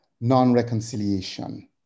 non-reconciliation